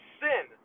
sin